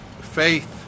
faith